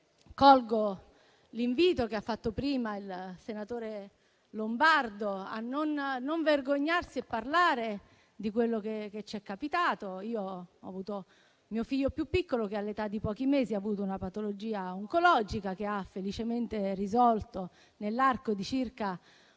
Colgo l'invito che ha fatto prima il senatore Lombardo a non vergognarsi di parlare di quello che ci è capitato. Mio figlio più piccolo, a pochi mesi di vita, ha avuto una patologia oncologica, che ha felicemente risolto nell'arco di circa un anno